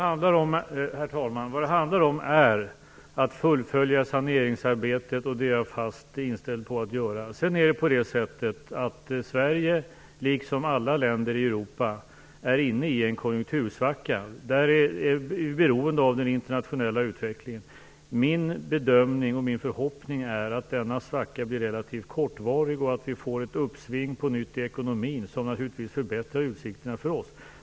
Herr talman! Vad det handlar om är att fullfölja saneringsarbetet, och det är jag fast inställd på att göra. Sverige, liksom alla länder i Europa, är inne i en konjunktursvacka. Vi är beroende av den internationella utvecklingen. Min bedömning och min förhoppning är att denna svacka blir relativt kortvarig och att vi på nytt får ett uppsving i ekonomin, som naturligtvis förbättrar utsikterna för oss.